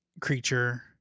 creature